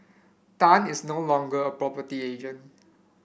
Tan is no longer a property agent